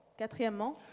Quatrièmement